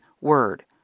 word